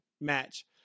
match